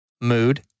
mood